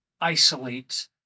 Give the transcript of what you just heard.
isolate